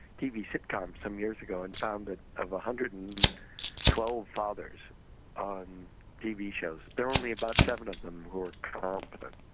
tv sitcoms some years ago and found that of one hundred and twelve fathers on tv shows, they're only about seven of them who were competent.